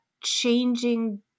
changing